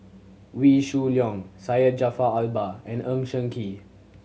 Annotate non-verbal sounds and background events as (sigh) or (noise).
Wee Shoo Leong Syed Jaafar Albar and Ng (unintelligible) Kee